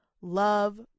love